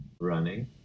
running